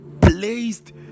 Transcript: placed